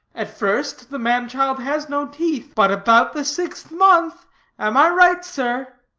at first the man-child has no teeth, but about the sixth month am i right, sir?